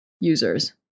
users